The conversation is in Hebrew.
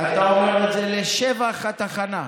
אתה אומר את זה לשבח התחנה.